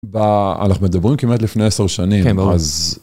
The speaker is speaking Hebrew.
אנחנו מדברים כמעט לפני עשר שנים, כן ברור, אז...